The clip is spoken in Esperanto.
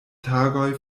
tagoj